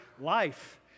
life